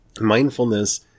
Mindfulness